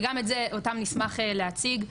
וגם אותם נשמח להציג,